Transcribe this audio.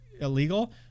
illegal